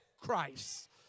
Christ